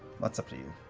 that's up to you.